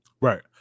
Right